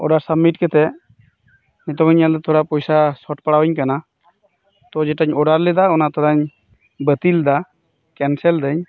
order submit ᱠᱟᱛᱮᱫ ᱱᱤᱛᱚᱜ ᱤᱧ ᱧᱮᱞ ᱮᱫᱟ ᱛᱷᱚᱲᱟ ᱯᱚᱭᱥᱟ ᱥᱚᱴ ᱯᱟᱲᱟᱣᱟᱹᱧ ᱠᱟᱱᱟ ᱛᱚ ᱡᱮᱴᱟᱧ ᱚᱰᱟᱨ ᱞᱮᱫᱟ ᱚᱱᱟ ᱛᱷᱚᱲᱟᱧ ᱵᱟᱹᱛᱤᱞ ᱫᱟ ᱠᱮᱱᱥᱮᱞ ᱫᱟᱹᱧ